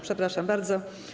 Przepraszam bardzo.